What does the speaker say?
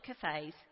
Cafes